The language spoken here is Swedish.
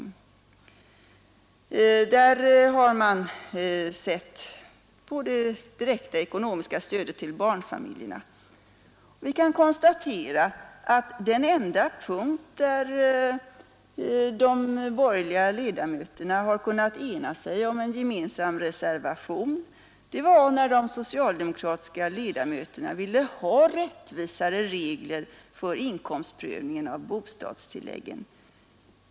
I familjepolitiska kommittén har man sett på det direkta stödet till barnfamiljerna, och vi kan konstatera att den enda punkt där de borgerliga ledamöterna har kunnat ena sig om en gemensam reservation var den där de socialdemokratiska ledamöterna ville ha rättvisare regler för inkomstprövningen av bostadstilläggen.